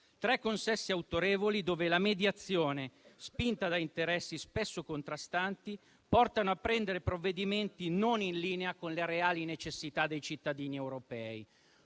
tre consessi autorevoli dove la mediazione, spinta da interessi spesso contrastanti, porta a prendere provvedimenti non in linea con le reali necessità dei cittadini europei;